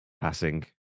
Passing